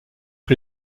que